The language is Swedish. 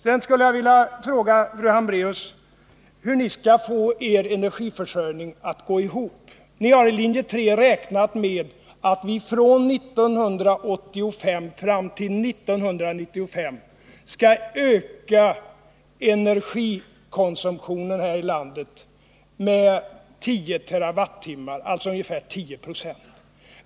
Sedan skulle jag vilja fråga fru Hambraeus: Hur skall ni få er energiförsörjning att gå ihop? Ni har i linje 3 räknat med att vi från 1985 fram till 1995 skall öka energikonsumtionen här i landet med 10 TWh, alltså med ungefär 10 26.